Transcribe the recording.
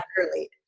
early